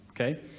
Okay